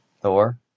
Thor